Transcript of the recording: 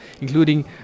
including